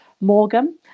Morgan